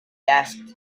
asked